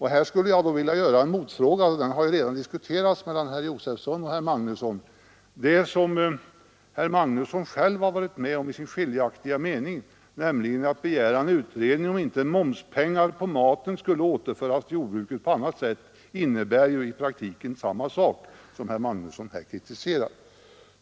Här skulle jag vilja göra en motfråga, som redan diskuterats mellan herr Josefson och herr Magnusson i Borås. Det som herr Magnusson själv varit med om i den avvikande meningen, nämligen att begära en utredning om huruvida inte momspengar på maten skulle återföras till jordbruket på annat sätt, innebär i praktiken samma sak som det herr Magnusson här kritiserar.